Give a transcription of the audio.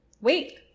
wait